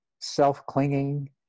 self-clinging